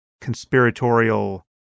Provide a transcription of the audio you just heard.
conspiratorial